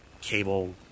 cable